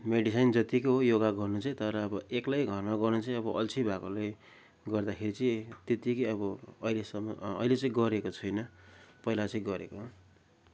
medicine जतिकै हो योगा गर्नु चाहिँ तर अब एक्लै घरमा गर्नु चाहिँ अब अल्छी भएकोले गर्दाखेरि चाहिँ त्यतिकै अब अहिलेसम्म अहिले चाहिँ गरेको छुइनँ पहिला चाहिँ गरेको हो